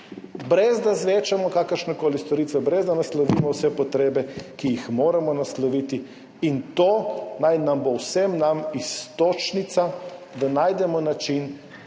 brez da zvečamo kakršnekoli storitve, brez da naslovimo vse potrebe, ki jih moramo nasloviti. To naj nam bo vsem nam iztočnica, da najdemo način,